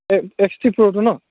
এই X three প্ৰটো ন